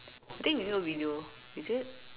think we do a video is it